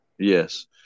Yes